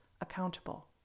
accountable